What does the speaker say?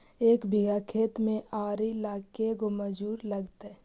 एक बिघा खेत में आरि ल के गो मजुर लगतै?